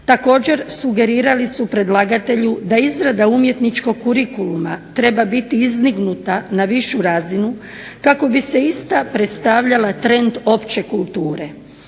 Također sugerirali su predlagatelju da izrada umjetničkog kurikuluma treba biti izdignuta na višu razinu kako bi se ista predstavljala trend opće kulture.